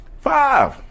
Five